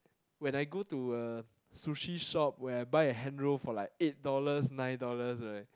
when I go to a sushi shop where I buy a hand roll for like eight dollars nine dollars right